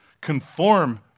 conform